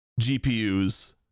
GPUs